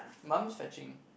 mum's fetching